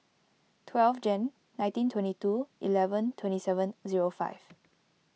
twelve Jan nineteen twenty two eleven twenty seven zero five